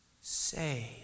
Say